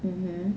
mmhmm